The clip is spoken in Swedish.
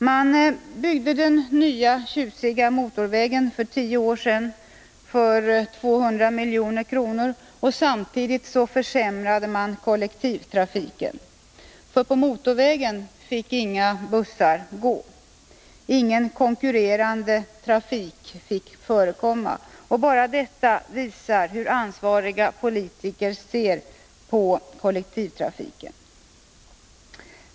Man byggde den nya tjusiga motorvägen för tio år sedan för 200 milj.kr. och försämrade samtidigt kollektivtrafiken, för på motorvägen fick inga bussar gå och ingen konkurrerande trafik fick förekomma. Bara detta visar hur ansvariga politiker ser på kollektivtrafiken.